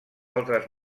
altres